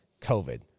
COVID